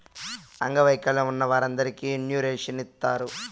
అంగవైకల్యం ఉన్న వారందరికీ ఇన్సూరెన్స్ ఇత్తారు